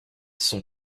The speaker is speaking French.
son